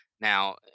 Now